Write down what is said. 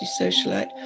socialite